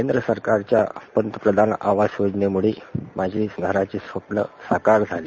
केंद्र सरकारच्या पंतप्रधान आवास योजनेमुळे माझ्या घराचे स्वप्न साकार झाले